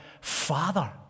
Father